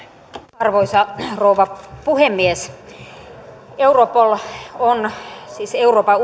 arvoisa rouva puhemies europol on siis euroopan